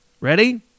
ready